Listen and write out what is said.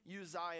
Uzziah